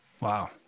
Wow